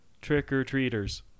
Trick-or-treaters